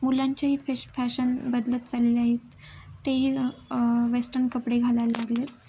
मुलांचेही फॅश फॅशन बदलत चालले आहेत तेही वेस्टन कपडे घालायला लागले आहेत